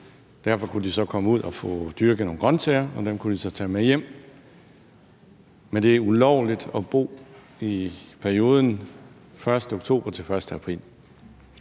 Derfor kunne de så komme ud og få dyrket nogle grønsager, og dem kunne de så tage med hjem, men det er ulovligt at bo der i perioden fra den 1. oktober til den 1. april.